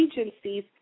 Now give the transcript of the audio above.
agencies